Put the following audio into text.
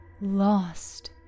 lost